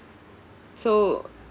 so